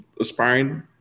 aspiring